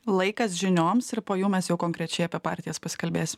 laikas žinioms ir po jų mes jau konkrečiai apie partijas pasikalbėsim